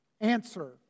Answer